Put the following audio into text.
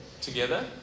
together